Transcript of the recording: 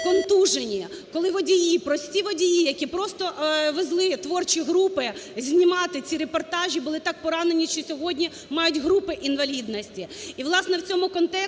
контужені, коли водії, прості водії, які просто везли творчі групи знімати ці репортажі, були так поранені, що сьогодні мають групи інвалідності.